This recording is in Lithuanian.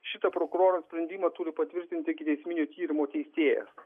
šitą prokuroro sprendimą turi patvirtinti ikiteisminio tyrimo teisėjas